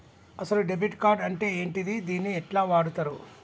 అసలు debit card అంటే ఏంటిది? దీన్ని ఎట్ల వాడుతరు?